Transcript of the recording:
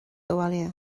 abhaile